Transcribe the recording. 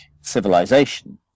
civilization